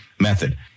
method